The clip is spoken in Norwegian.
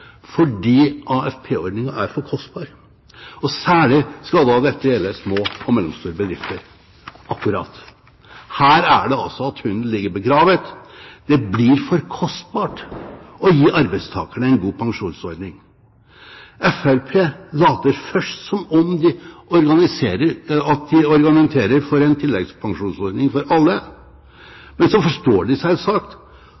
fordi AFP-ordningen er for kostbar. Særlig skal da dette gjelde små og mellomstore bedrifter. Akkurat – her er det altså at hunden ligger begravd: Det blir for kostbart å gi arbeidstakerne en god pensjonsordning. Fremskrittspartiet later først som om de argumenterer for en tilleggspensjonsordning for